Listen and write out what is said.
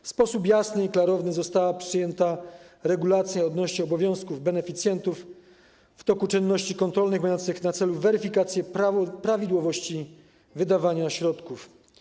W sposób jasny i klarowny została przyjęta regulacja odnośnie do obowiązków beneficjentów w toku czynności kontrolnych mających na celu weryfikację prawidłowości wydawania środków.